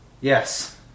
Yes